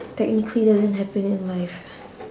technically doesn't happen in life